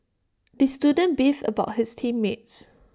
the student beefed about his team mates